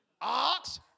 ox